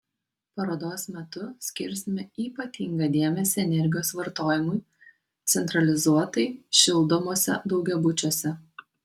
parodos metu skirsime ypatingą dėmesį energijos vartojimui centralizuotai šildomuose daugiabučiuose